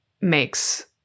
makes